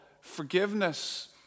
forgiveness